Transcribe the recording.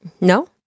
No